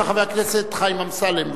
חבר הכנסת חיים אמסלם,